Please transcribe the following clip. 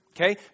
Okay